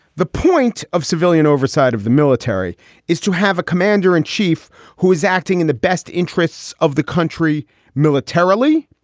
the point of civilian oversight of the military is to have a commander in chief who is acting in the best interests of the country militarily,